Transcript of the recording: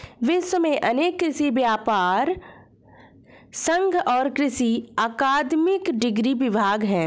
विश्व में अनेक कृषि व्यापर संघ और कृषि अकादमिक डिग्री विभाग है